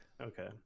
okay